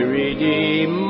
redeem